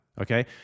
okay